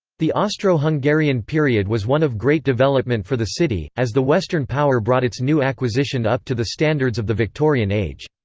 the austro-hungarian period was one of great development for the city, as the western power brought its new acquisition up to the standards of the victorian age.